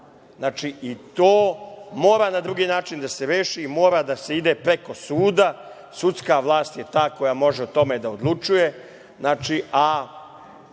Znači, i to mora na drugi način da se reši i mora da se ide preko suda, sudska vlast je tak koja može o tome da odlučuje.